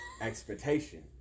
Expectation